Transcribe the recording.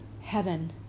heaven